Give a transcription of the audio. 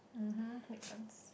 mmhmm take turns